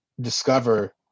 discover